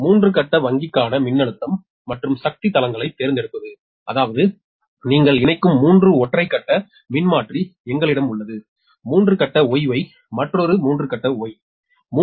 3 கட்ட வங்கிக்கான மின்னழுத்தம் மற்றும் சக்தி தளங்களைத் தேர்ந்தெடுப்பது அதாவது நீங்கள் இணைக்கும் 3 ஒற்றை கட்ட மின்மாற்றி எங்களிடம் உள்ளது 3 கட்ட YY மற்றொரு 3 கட்ட Y is